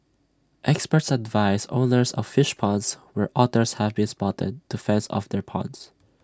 experts advise owners of fish ponds where otters have been spotted to fence off their ponds